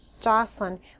Jocelyn